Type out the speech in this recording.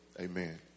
Amen